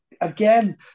again